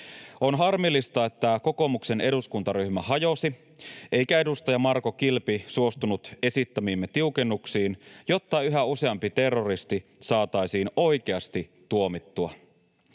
On harmillista, että kokoomuksen eduskuntaryhmä hajosi eikä edustaja Marko Kilpi suostunut esittämiimme tiukennuksiin, jotta yhä useampi terroristi saataisiin oikeasti tuomittua.